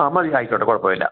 ആ മതി ആയിക്കോട്ടെ കുഴപ്പമില്ല